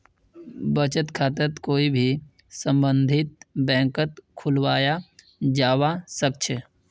बचत खाताक कोई भी सम्बन्धित बैंकत खुलवाया जवा सक छे